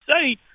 say